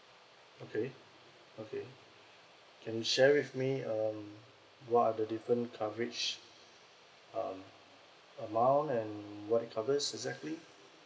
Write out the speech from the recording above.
okay okay can you share with me um what are the different coverage um amount and what it covers exactly